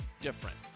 different